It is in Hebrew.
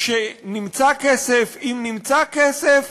כשנמצא כסף, אם נמצא כסף,